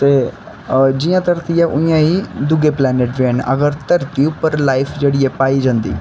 ते जियां धरती ऐ उ'आं ही दूए प्लेनेट बी ऐ न अगर धरती उप्पर लाइफ जेह्ड़ी ऐ पाई जंदी